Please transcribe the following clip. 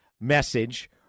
message